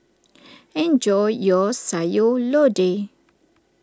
enjoy your Sayur Lodeh